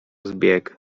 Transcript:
zbieg